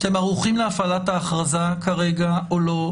אתם ערוכים להפעלת ההכרזה כרגע או לא?